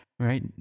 Right